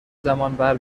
زمانبر